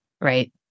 right